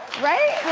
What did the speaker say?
right?